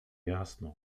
jasno